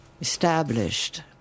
established